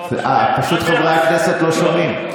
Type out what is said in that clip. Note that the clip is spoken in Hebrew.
פשוט חברי הכנסת לא שומעים.